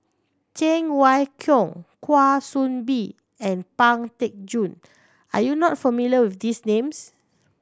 Cheng Wai Keung Kwa Soon Bee and Pang Teck Joon are you not familiar with these names